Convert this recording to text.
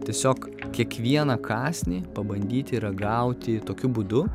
tiesiog kiekvieną kąsnį pabandyti ragauti tokiu būdu